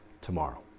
tomorrow